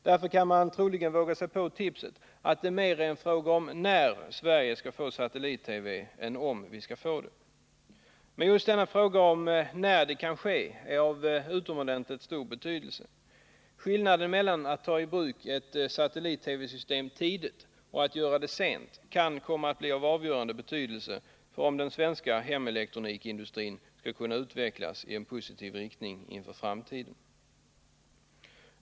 Därför kan man troligen våga sig på tipset att det mer är en fråga om när Sverige skall få satellit-TV än om vi skall få det. Men just denna fråga om när det kan ske är av utomordentligt stor betydelse. Skillnaden mellan att ta i bruk ett satellit-TV-system tidigt och att göra det sent kan komma bli av avgörande betydelse för om den svenska hemelektronikindustrin skall kunna utvecklas i en positiv riktning inför framtiden.